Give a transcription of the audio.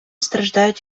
страждають